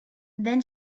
then